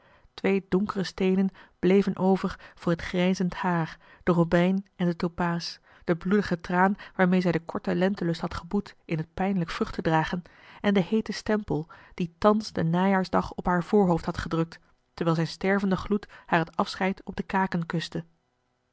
twee donkere steenen bleven over voor het grijzend haar de robijn en de topaas de bloedige traan waarmede zij den korten lentelust had geboet in t pijnlijk vruchtendragen en den heeten stempel dien thans den najaarsdag op haar voorhoofd had gedrukt terwijl zijn stervende gloed haar het afscheid op de kaken kuste